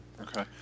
okay